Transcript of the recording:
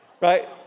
right